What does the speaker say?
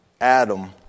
Adam